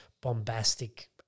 bombastic